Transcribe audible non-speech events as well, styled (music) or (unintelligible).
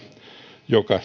joka (unintelligible)